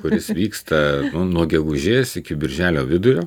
kuris vyksta nuo gegužės iki birželio vidurio